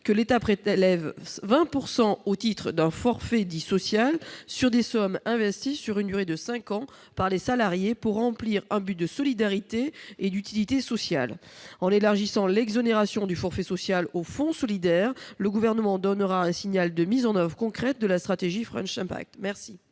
que l'État prélève 20 %, au titre d'un forfait dit « social », des sommes investies sur une durée de cinq ans par les salariés dans un but de solidarité et d'utilité sociale. En élargissant l'exonération du forfait social aux fonds solidaires, le Gouvernement donnera un signal de mise en oeuvre concrète de la stratégie. Quel est l'avis